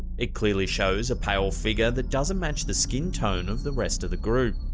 it clearly shows a pale figure that doesn't match the skin tone of the rest of the group.